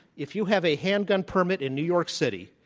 if you have a handgun permit in new york city,